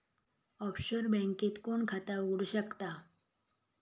Offshore बँकेत कोण खाता उघडु शकता?